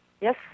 Yes